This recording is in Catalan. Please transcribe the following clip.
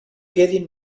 quedin